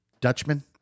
Dutchman